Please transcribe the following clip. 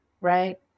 right